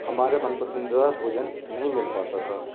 हमारे मन पसंदीदा भोजन नहीं मिल पता था